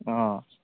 অঁ